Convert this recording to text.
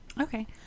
Okay